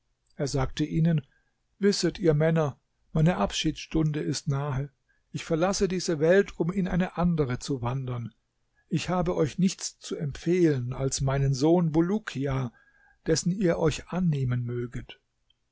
er sagte ihnen wisset ihr männer meine abschiedsstunde ist nahe ich verlasse diese welt um in eine andere zu wandern ich habe euch nichts zu empfehlen als meinen sohn bulukia dessen ihr euch annehmen möget